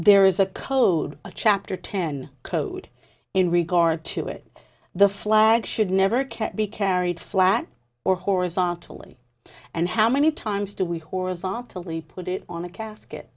there is a code a chapter ten code in regard to it the flag should never cared be carried flag or horizontally and how many times do we horizontally put it on a casket